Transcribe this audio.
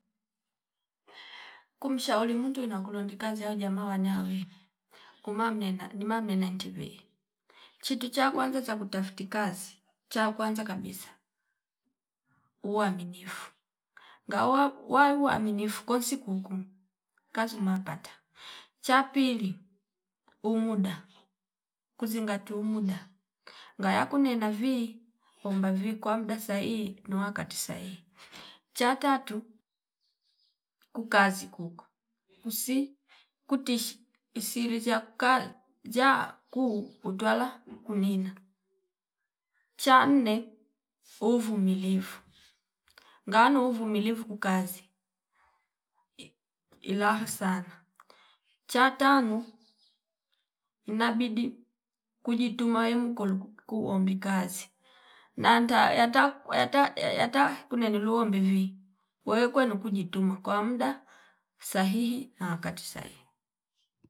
Kumshauri wino kulondondi kazi wa jama wanawe kumma mnena nima mnena injivi chiti cha kwanza cha kutafti kazi cha kwanza kabisa uwaminifu ngaoa wa uwaminifu konsi kunkuu kazi mapata cha pili umuda kuzangiti umuda ngaya kunena vi omba vi kwa mdaa sahihi nu wakati sahihi cha tatu kukazi kunkuu kusi kutishi isirizi yakuka ziya kuu utwala kunina cha nne uvumilivu nganu uvumilivu ku kazi ilaha sana cha tano inabidi kujituma yomkolo kulok kuuk kuombi kazi nanta yata- yata- yata- yatakueni luo mbevi weukwe nuku kujituma kwa mdaa sahihi na wakati sahihi